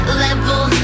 level